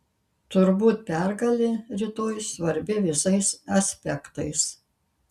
turbūt pergalė rytoj svarbi visais aspektais